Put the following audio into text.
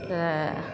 तऽ